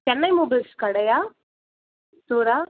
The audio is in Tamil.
சென்னை மொபைல்ஸ் கடையா ஸ்டோரா